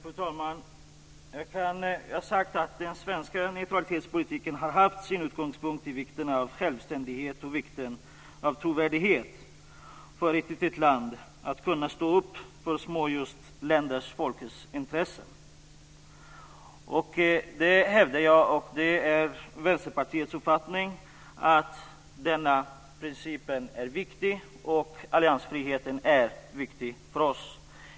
Fru talman! Den svenska neutralitetspolitiken har haft som utgångspunkt vikten av självständighet och trovärdighet för ett litet land att kunna stå upp för olika länders och folks intressen. Jag hävdar, och det är Vänsterpartiets uppfattning, att denna princip är viktig. Alliansfriheten är viktig för oss.